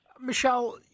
Michelle